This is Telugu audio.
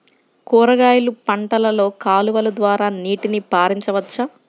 కూరగాయలు పంటలలో కాలువలు ద్వారా నీటిని పరించవచ్చా?